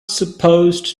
supposed